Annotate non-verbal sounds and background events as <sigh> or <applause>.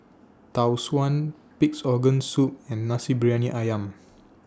<noise> Tau Suan Pig'S Organ Soup and Nasi Briyani Ayam